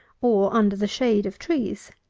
or under the shade of trees.